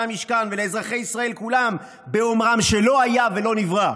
המשכן ולאזרחי ישראל כולם באומרם שלא היה ולא נברא.